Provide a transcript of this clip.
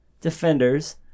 defenders